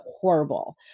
horrible